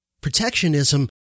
protectionism